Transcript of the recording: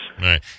Right